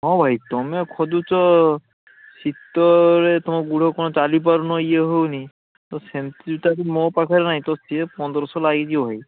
ହଁ ଭାଇ ତମେ ଖୋଜୁଛ ଶୀତରେ ତମ ଗୋଡ଼ କ'ଣ ଚାଲିପାରୁନ ଇଏ ହଉନି ତ ସେମତି ଜୁତା ତ ମୋ ପାଖରେ ନାହିଁ ତ ସିଏ ପନ୍ଦରଶହ ଲାଗିଯିବ ଭାଇ